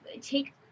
take